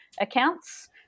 accounts